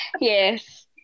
Yes